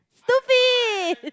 stupid